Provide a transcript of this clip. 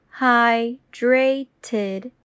hydrated